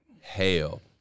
hell